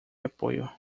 apoio